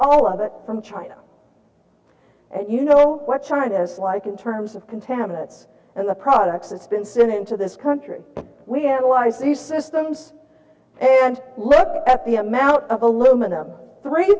all of it from china and you know what china is like in terms of contaminants and the products that's been since into this country we had allies the systems and look at the amount of aluminum three